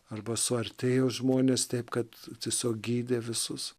arba suartėjo žmonės taip kad tiesiog gydė visus